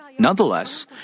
Nonetheless